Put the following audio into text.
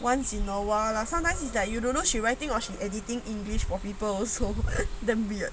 once in a while lah sometimes is that you don't know she writing or editing english for people also damn weird